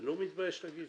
אני לא מתבייש להגיד.